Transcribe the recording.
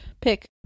pick